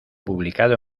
publicado